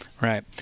right